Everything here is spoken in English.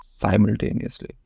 simultaneously